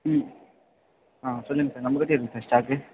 ம் ஆ சொல்லுங்கள் சார் நம்மக் கிட்டே இருக்குது சார் ஸ்டாக்கு